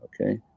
Okay